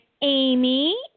Amy